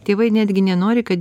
tėvai netgi nenori kad